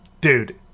dude